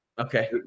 Okay